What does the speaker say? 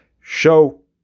Show